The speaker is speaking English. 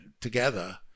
together